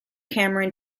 cameron